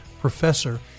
Professor